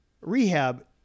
rehab